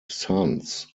sons